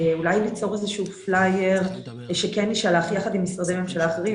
אולי להכין איזה פלייר שכן יישלח עם משרדי ממשלה אחרים,